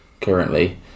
currently